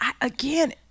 Again